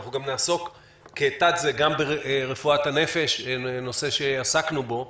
נעסוק גם ברפואת הנפש, וזה נושא שעסקנו בו,